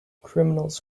criminals